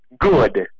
good